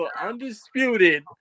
undisputed